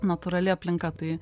natūrali aplinka tai